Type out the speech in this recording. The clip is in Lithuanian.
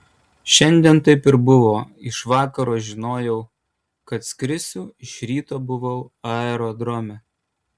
šiandien taip ir buvo iš vakaro žinojau kad skrisiu iš ryto buvau aerodrome